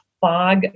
fog